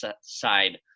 side